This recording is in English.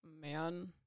man